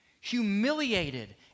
humiliated